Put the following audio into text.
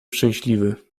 szczęśliwy